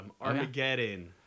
Armageddon